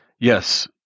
Yes